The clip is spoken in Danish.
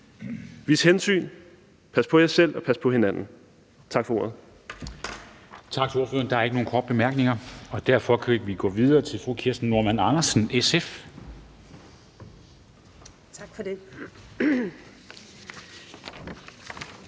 Vis hensyn, pas på jer selv, og pas på hinanden. Tak for ordet.